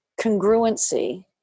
congruency